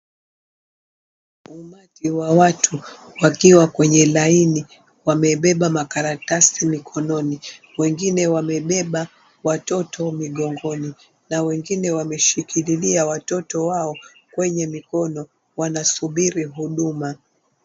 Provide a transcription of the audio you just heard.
Umati wa watu wakiwa kwenye laini. Wamebeba makaratasi mkononi, wengine wamebeba watoto migongoni na wengine wameshikililia watoto wao kwenye mikono wanasubiri huduma.